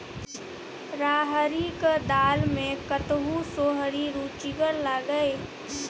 राहरिक दालि मे कतहु सोहारी रुचिगर लागय?